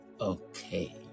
Okay